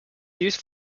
used